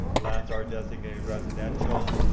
lands are designated residential.